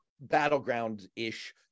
battleground-ish